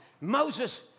Moses